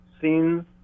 seen